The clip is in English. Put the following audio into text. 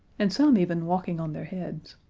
and some even walking on their heads.